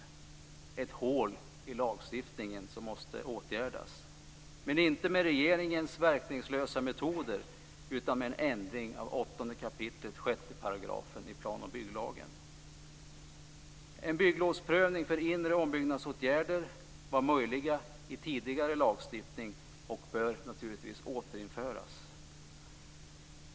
Det är ett hål i lagstiftningen som måste åtgärdas, men inte med regeringens verkningslösa metoder utan med en ändring i Bygglovsprövningar för inre ombyggnadsåtgärder var möjliga i tidigare lagstiftning och bör naturligtvis återinföras.